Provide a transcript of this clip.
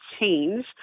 change